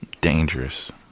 Dangerous